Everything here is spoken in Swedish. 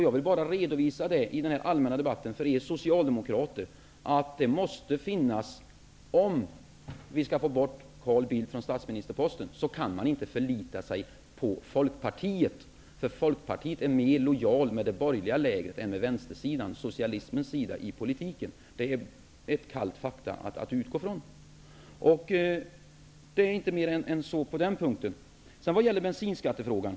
Jag vill bara i den här allmänna debatten redovisa för er socialdemokrater att om man skall få bort Carl Bildt från statsministerposten kan man inte förlita sig på Folkpartiet, för Folkpartiet är mer lojalt mot det borgerliga lägret än mot vänstersidan, socialismens sida, i politiken. Det är ett kallt faktum att utgå ifrån. Det är inte mer än så på den punkten. Så till bensinskattefrågan.